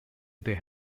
they